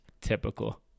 Typical